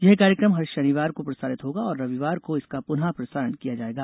यह कार्यक्रम हर शनिवार को प्रसारित होगा और रविवार को इसका पुनः प्रसारण किया जाएगा